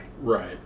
Right